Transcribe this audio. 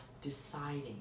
deciding